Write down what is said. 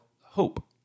hope